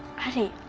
addie,